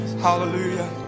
Hallelujah